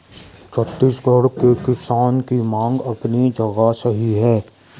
छत्तीसगढ़ के किसान की मांग अपनी जगह सही है